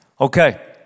Okay